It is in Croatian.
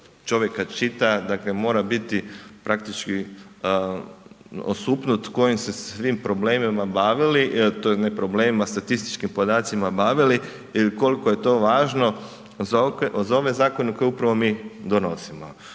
čovjek kad čita, dakle mora biti praktički osupnut kojim se svim problemima bavili, ne problemima, statističkim podacima bavili jer ukoliko je to važno za ove zakone koje upravo mi donosimo.